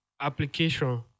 application